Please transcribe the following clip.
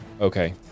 Okay